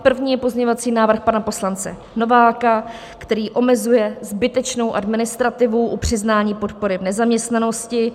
První je pozměňovací návrh pana poslance Nováka, který omezuje zbytečnou administrativu u přiznání podpory v nezaměstnanosti.